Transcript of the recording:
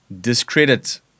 discredit